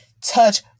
touch